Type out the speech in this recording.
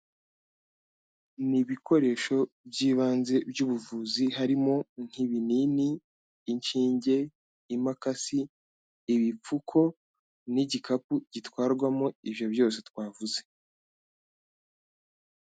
Ni ibikoresho by'ibanze by'ubuvuzi harimo nk'ibinini, inshinge, imakasi, ibipfuko n'igikapu gitwarwamo ibyo byose twavuze.